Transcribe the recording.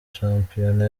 shampiyona